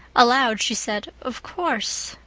aloud she said, of course.